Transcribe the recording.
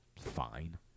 fine